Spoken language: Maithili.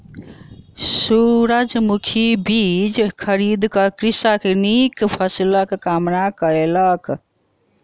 सूरजमुखी बीज खरीद क कृषक नीक फसिलक कामना कयलक